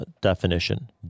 Definition